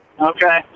Okay